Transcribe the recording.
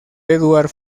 edward